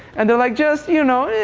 and they're like, just you know ehh